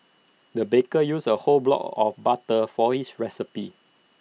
the baker used A whole block of butter for his recipe